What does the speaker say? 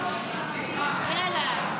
התשפ"ג 2023, לא נתקבלה.